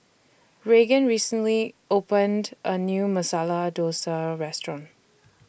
Regan recently opened A New Masala Dosa Restaurant